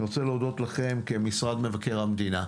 אני רוצה להודות לכם כמשרד מבקר המדינה.